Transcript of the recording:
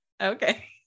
okay